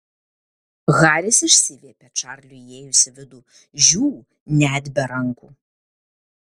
haris išsiviepė čarliui įėjus į vidų žiū net be rankų